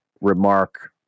remark